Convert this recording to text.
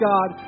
God